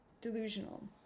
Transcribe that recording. delusional